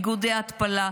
איגוד ההתפלה,